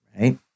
right